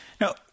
now